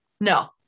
No